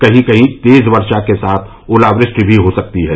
कहीं कहीं तेज वर्षा के साथ ओलावृष्टि भी हो सकती है